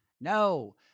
No